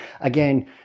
again